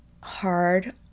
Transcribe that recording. hard